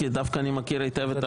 כי דווקא אני מכיר היטב את החוק.